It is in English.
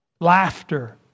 Laughter